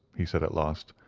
he said at last,